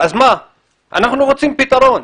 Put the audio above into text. אנחנו רוצים פתרון.